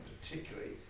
particularly